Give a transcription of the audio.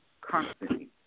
constantly